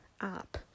app